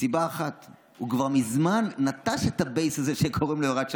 מסיבה אחת: הוא כבר מזמן נטש את הבייס הזה שקוראים לו יראת שמיים.